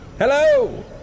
Hello